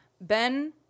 ben